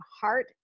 Heart